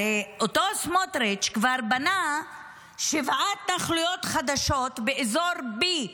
הרי אותו סמוטריץ' כבר בנה שבע התנחלויות חדשות באזור B,